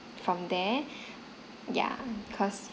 from there yeah because